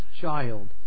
child